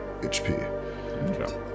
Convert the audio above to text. hp